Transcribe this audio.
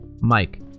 Mike